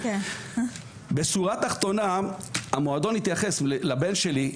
בשורה התחתונה המועדון התייחס לבן שלי,